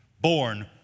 born